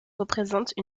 représente